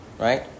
Right